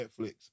Netflix